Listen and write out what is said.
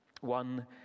One